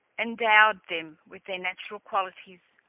endowed them with their natural qualities,